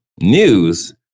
news